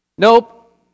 nope